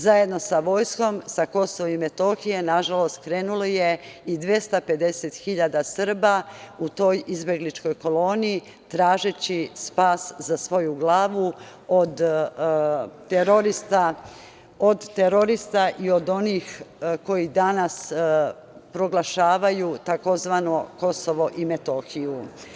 Zajedno sa vojskom sa KiM nažalost krenulo je i 250.000 Srba u toj izbegličkoj koloni tražeći spas za svoju glavu od terorista i od onih koji danas proglašavaju tzv. Kosovo i Metohiju.